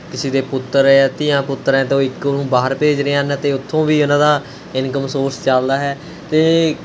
ਕਿਸੇ ਦੇ ਪੁੱਤਰ ਜਾਂ ਧੀਆਂ ਪੁੱਤਰ ਹੈ ਤਾਂ ਉਹ ਇੱਕ ਨੂੰ ਬਾਹਰ ਭੇਜ ਰਹੇ ਹਨ ਅਤੇ ਉੱਥੋਂ ਵੀ ਉਹਨਾਂ ਦਾ ਇਨਕਮ ਸੋਰਸ ਚੱਲਦਾ ਹੈ ਅਤੇ